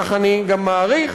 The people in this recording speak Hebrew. כך אני גם מעריך,